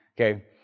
Okay